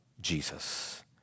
Jesus